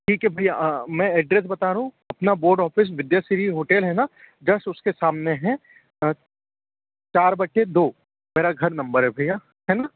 ठीक है भैया मैं एड्रेस बता रहा हूँ अपना बोर्ड ऑफिस विद्याश्री होटल है ना जस्ट उसके सामने है चार बटे दो मेरा घर नंबर हैं भैया है ना